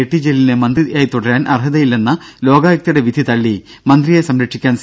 T ജലീലിന് മന്ത്രിയായി തുടരാൻ അർഹതയില്ലെന്ന ലോകായുക്ത വിധി തള്ളി മന്ത്രിയെ സംരക്ഷിക്കാൻ സി